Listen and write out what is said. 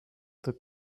the